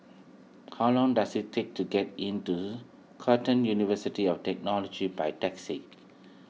how long does it take to get into Curtin University of Technology by taxi